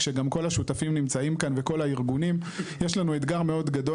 כשגם כל השותפים נמצאים כאן וגם הארגונים יש לנו אתגר מאוד גדול,